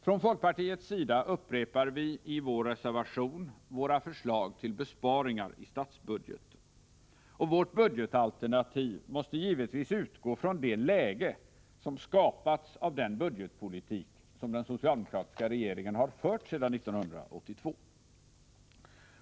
Från folkpartiets sida upprepar vi i vår reservation våra förslag till besparingar i statsbudgeten, och vårt budgetalternativ måste givetvis utgå från det läge som har skapats av den budgetpolitik som den socialdemokratiska regeringen har fört sedan 1982.